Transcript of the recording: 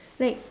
like